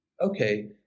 okay